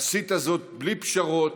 עשית זאת בלי פשרות.